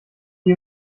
wie